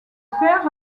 fer